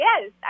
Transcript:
yes